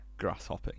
grasshopping